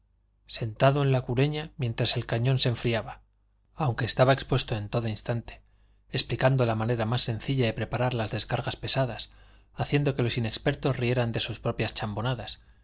sentado en la cureña mientras el cañón se enfriaba aunque estaba expuesto en todo instante explicando la manera más sencilla de preparar las descargas pesadas haciendo que los inexpertos rieran de sus propias chambonadas